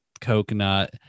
coconut